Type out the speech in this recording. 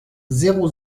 zéro